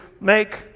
make